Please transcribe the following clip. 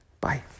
Bye